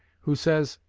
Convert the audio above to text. who says